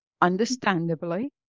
understandably